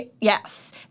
Yes